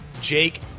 Jake